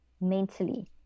mentally